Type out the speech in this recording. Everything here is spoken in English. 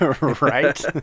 Right